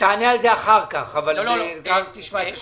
תענה על זה אחר כך אבל גם תשמע את השאלה.